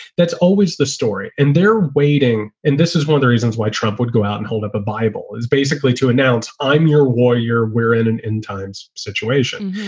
that's always the story. and they're waiting. and this is one of the reasons why trump would go out and hold up a bible basically to announce i'm your war. you're wearin and in times situation.